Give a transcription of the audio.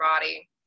body